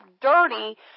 dirty